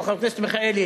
או חבר הכנסת מיכאלי,